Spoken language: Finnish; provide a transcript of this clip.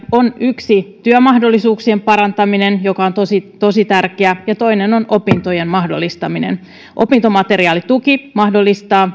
on työmahdollisuuksien parantaminen joka on tosi tosi tärkeä asia ja toinen on opintojen mahdollistaminen opintomateriaalituki mahdollistaa